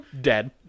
dead